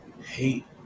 Hate